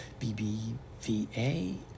bbva